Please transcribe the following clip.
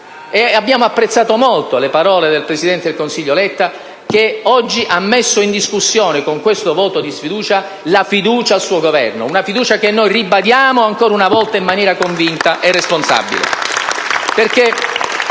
Abbiamo apprezzato molto le parole del presidente del Consiglio Letta che oggi, di fronte a questo voto di sfiducia, ha messo in discussione la fiducia al suo Governo: una fiducia che noi ribadiamo ancora una volta in maniera convinta e responsabile.